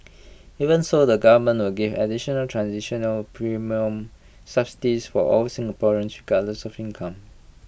even so the government will give additional transitional premium subsidies for all Singaporeans regardless of income